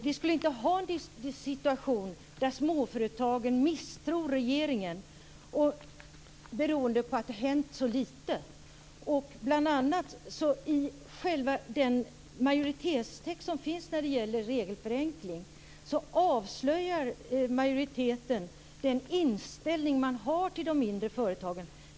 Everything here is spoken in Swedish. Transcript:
Vi skulle inte ha en situation där småföretagen misstror regeringen beroende på att det har hänt så lite. I den majoritetstext som finns när det gäller regelförenkling avslöjar majoriteten den inställning man har till de mindre företagen.